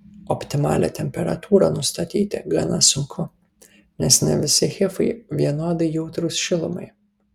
optimalią temperatūrą nustatyti gana sunku nes ne visi hifai vienodai jautrūs šilumai